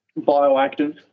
bioactive